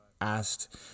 asked